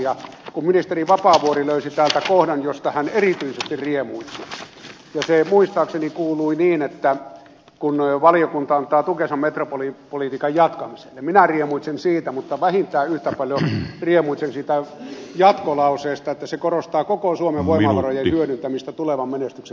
ja kun ministeri vapaavuori löysi täältä kohdan josta hän erityisesti riemuitsi ja joka kuuluu niin että kun valiokunta antaa tukensa metropolipolitiikan jatkamiselle niin minäkin riemuitsen siitä mutta vähintään yhtä paljon riemuitsen siitä jatkolauseesta että se korostaa koko suomen voimavarojen hyödyntämistä tulevan menestyksen varmistajana